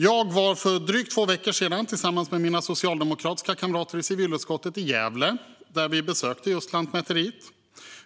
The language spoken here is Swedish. Jag var för drygt två veckor sedan, tillsammans med mina socialdemokratiska kamrater i civilutskottet, i Gävle, där vi besökte just Lantmäteriet.